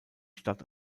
stadt